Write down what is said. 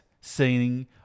seeing